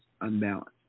unbalanced